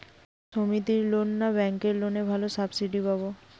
সমিতির লোন না ব্যাঙ্কের লোনে ভালো সাবসিডি পাব?